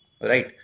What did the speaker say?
right